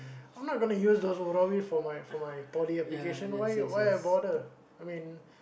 I'm not gonna use those Arabic for my for my Poly application why why I bother I mean